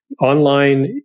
Online